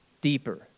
deeper